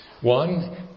One